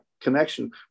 connection